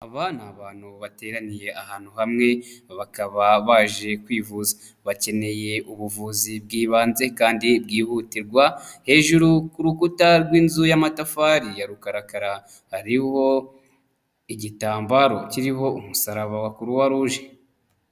Aba ni abantu bateraniye ahantu hamwe bakaba baje kwivuza, bakeneye ubuvuzi bw'ibanze kandi bwihutirwa, hejuru y'urukuta rw'inzu y'amatafari ya rukarakara hari igitambaro kiriho umusaraba wa Croix rouge.